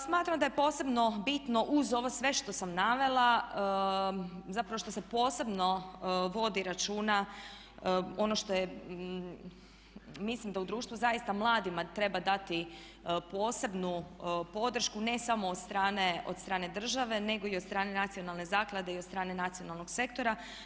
Smatram da je posebno bitno uz ovo sve što sam navela zapravo što se posebno vodi računa ono što je mislim da u društvu zaista mladima treba dati posebnu podršku ne samo od strane države nego i od strane Nacionalne zaklade i od strane nacionalnog sektora.